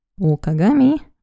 Okagami